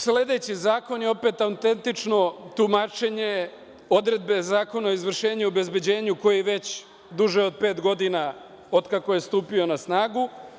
Sledeći zakon je opet autentično tumačenje odredbe Zakona o izvršenju i obezbeđenju koji već duže od pet godina, od kako je stupio na snagu.